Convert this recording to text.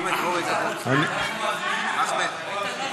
גברתי, גברתי,